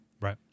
Right